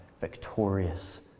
victorious